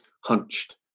hunched